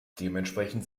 dementsprechend